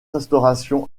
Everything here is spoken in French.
restauration